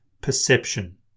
perception